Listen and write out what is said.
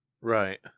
Right